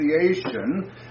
association